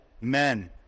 men